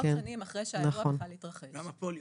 עשרות שנים אחרי שהאירוע התרחש --- גם הפוליו.